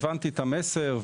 הבנתי את המסר.